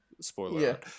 spoiler